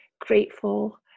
grateful